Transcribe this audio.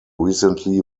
recently